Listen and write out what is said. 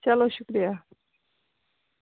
چلو شُکریہ